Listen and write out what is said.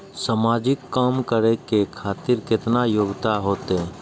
समाजिक काम करें खातिर केतना योग्यता होते?